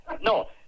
no